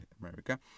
America